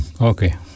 Okay